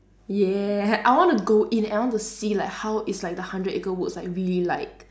yeah I want to go in and I want to see like how is like the hundred acre woods like really like